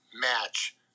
match